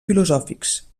filosòfics